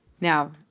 Now